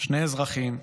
שני אזרחים,